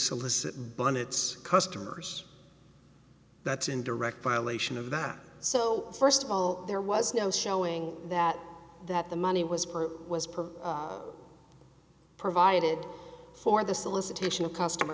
solicit bun it's customers that's in direct violation of that so first of all there was no showing that that the money was was per provided for the solicitation